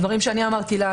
דברים שאני אמרתי לה,